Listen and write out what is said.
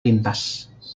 lintas